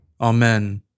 Amen